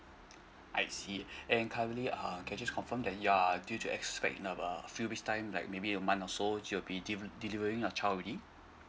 I see and currently um can I just confirm that your are due to expect in a few weeks time like maybe a month or so you'll be give~ delivering a child already